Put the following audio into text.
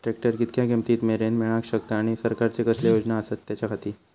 Tractor कितक्या किमती मरेन मेळाक शकता आनी सरकारचे कसले योजना आसत त्याच्याखाती?